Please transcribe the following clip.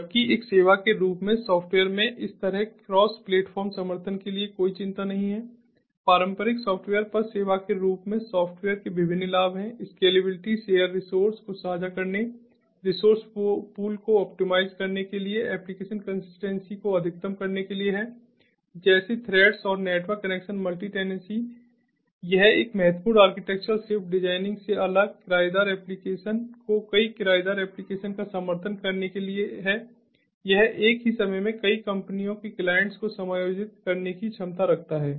जबकि एक सेवा के रूप में सॉफ्टवेयर में इस तरह क्रॉस प्लेटफॉर्म समर्थन के लिए कोई चिंता नहीं हैपारंपरिक सॉफ्टवेयर पर सेवा के रूप में सॉफ्टवेयर के विभिन्न लाभ हैं स्केलेबिलिटी शेयर रिसोर्स को साझा करने रिसोर्स पूल को ऑप्टिमाइज़ करने के लिए एप्लिकेशन कंसिस्टेंसी को अधिकतम करने के लिए है जैसे थ्रेड्स और नेटवर्क कनेक्शन मल्टी टेनेंसी यह एक महत्वपूर्ण आर्किटेक्चरल शिफ्ट डिज़ाइनिंग से अलग किरायेदार एप्लीकेशन को कई किरायेदार एप्लीकेशन का समर्थन करने के लिए है यह एक ही समय में कई कंपनियों के क्लाइंट्स को समायोजित करने की क्षमता रखता है